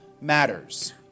matters